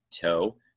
toe